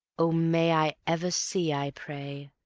o may i ever see, i pray,